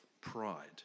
pride